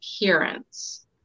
appearance